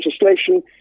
legislation